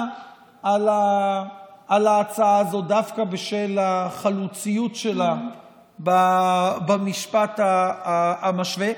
על ההצעה הזו דווקא בשל החלוציות שלה במשפט המשווה.